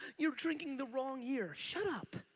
you're drinking the wrong year. shut up.